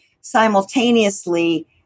simultaneously